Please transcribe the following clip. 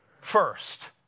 First